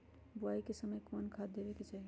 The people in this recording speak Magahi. बोआई के समय कौन खाद देवे के चाही?